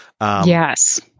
Yes